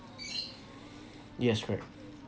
yes correct